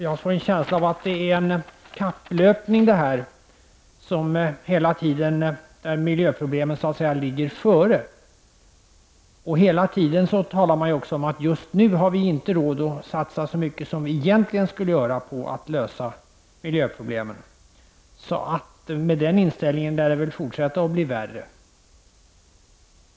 Jag får en känsla av att det är fråga om en kapplöpning, där miljöproblemen så att säga ligger före. Hela tiden talas det ju om att man just nu inte har råd att satsa så mycket som man egentligen skulle göra för att lösa miljöproblemen. Med den inställningen lär det väl fortsätta att bli värre.